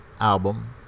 album